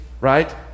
right